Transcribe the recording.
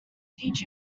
teach